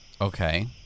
okay